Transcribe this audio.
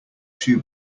shoe